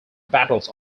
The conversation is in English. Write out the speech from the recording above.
battles